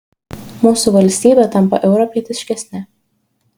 mūsų valstybė tampa europietiškesne